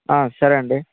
సరే అండి